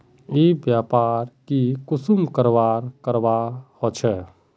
ई व्यापार की कुंसम करवार करवा होचे?